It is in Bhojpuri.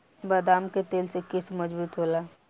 बदाम के तेल से केस मजबूत होला